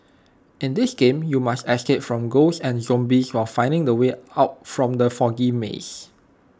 in this game you must escape from ghosts and zombies while finding the way out from the foggy maze